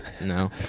no